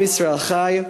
עם ישראל חי.